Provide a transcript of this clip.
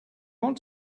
want